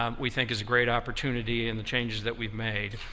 um we think, is a great opportunity in the changes that we've made.